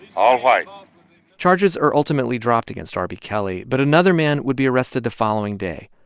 all white charges are ultimately dropped against r b. kelley. but another man would be arrested the following day,